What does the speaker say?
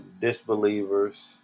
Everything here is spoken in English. Disbelievers